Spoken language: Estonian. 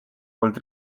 poolt